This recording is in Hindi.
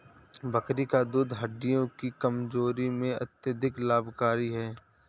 बकरी का दूध हड्डियों की कमजोरी में अत्यंत लाभकारी है